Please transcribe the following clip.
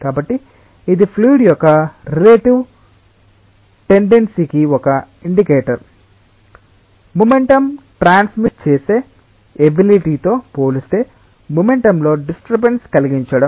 కాబట్టి ఇది ఫ్లూయిడ్ యొక్క రిలేటివ్ టెన్డెసి కి ఒక ఇండికేటర్ మొమెంటం ట్రాన్స్మిట్ చేసే ఎబిలిటి తో పోలిస్తే మొమెంటంలో డిస్టర్బెన్స్ కలిగించడం